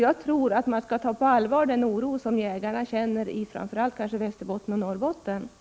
Jag tror att man skall ta den oro på allvar som jägarna i framför allt Västerbotten och Norrbotten känner.